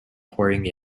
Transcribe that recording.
pouring